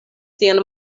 sian